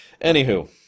Anywho